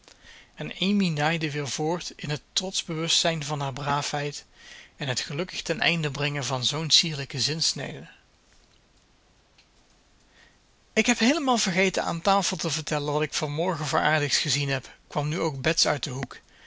en amy naaide weer voort in het trotsch bewustzijn van haar braafheid en het gelukkig ten einde brengen van zoo'n sierlijke zinsnede ik heb heelemaal vergeten aan tafel te vertellen wat ik van morgen voor aardigs gezien heb kwam nu ook bets uit den hoek